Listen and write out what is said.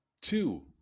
Two